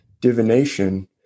divination